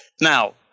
Now